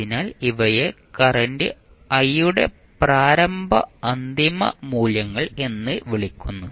അതിനാൽ ഇവയെ current i യുടെ പ്രാരംഭ അന്തിമ മൂല്യങ്ങൾ എന്ന് വിളിക്കുന്നു